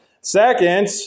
Second